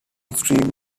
stream